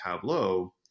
Tableau